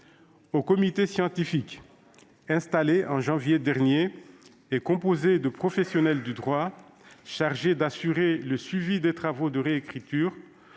Au comité scientifique, installé en janvier dernier, et composé de professionnels du droit, chargé d'assurer le suivi des travaux de réécriture,